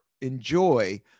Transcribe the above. Enjoy